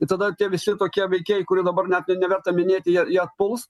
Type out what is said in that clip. ir tada tie visi tokie veikėjai kurių dabar net neverta minėti jie atpuls